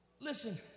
Listen